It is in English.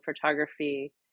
photography